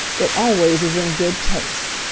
it always is in good taste.